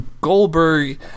Goldberg